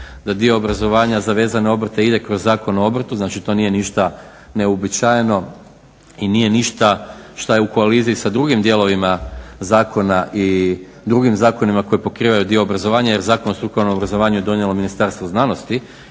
da dio obrazovanja z vezane obrte ide kroz Zakon o obrtu. Znači, to nije ništa neuobičajeno i nije ništa šta je u koaliziji sa drugim dijelovima zakona i drugim zakonima koji pokrivaju dio obrazovanja. Jer Zakon o strukovnom obrazovanju je donijelo Ministarstvo znanosti